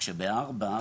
כשבסעיף (4),